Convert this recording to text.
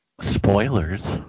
Spoilers